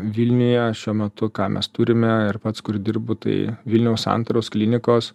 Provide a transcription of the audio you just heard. vilniuje šiuo metu ką mes turime ir pats kur dirbu tai vilniaus santaros klinikos